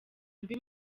mbi